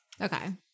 Okay